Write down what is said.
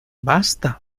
basta